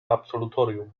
absolutorium